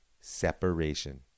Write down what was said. separation